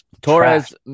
Torres